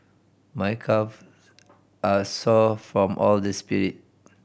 my calf are sore from all the sprint